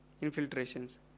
infiltrations